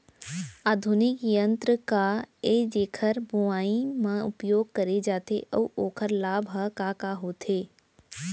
आधुनिक यंत्र का ए जेकर बुवाई म उपयोग करे जाथे अऊ ओखर लाभ ह का का होथे?